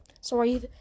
Sorry